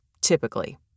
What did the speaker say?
typically